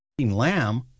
lamb